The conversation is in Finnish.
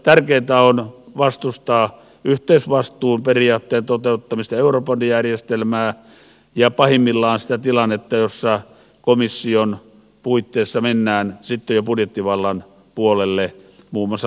tärkeintä on vastustaa yhteisvastuun periaatteen toteuttamista eurobondijärjestelmää ja pahimmillaan sitä tilannetta jossa komission puitteissa mennään sitten jo budjettivallan puolelle muun muassa lainaratkaisuja